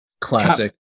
Classic